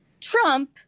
Trump